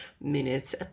minutes